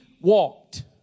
walked